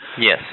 Yes